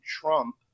Trump